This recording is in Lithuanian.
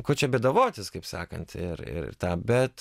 ko čia bėdavotis kaip sakant ir ir tą bet